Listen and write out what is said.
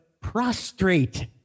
prostrate